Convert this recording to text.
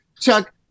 chuck